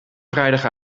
vrijdag